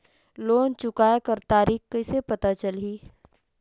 Loan चुकाय कर तारीक कइसे पता चलही?